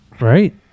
Right